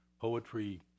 poetry